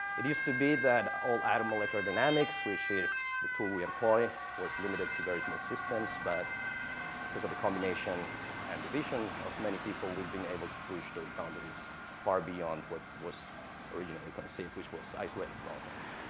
it used to be that all atom electrodynamics, which is the tool we employ, was limited to very small systems, but because of the combination and the vision of many people, we've been able to push those boundaries far beyond what was originally conceived, which was isolated proteins.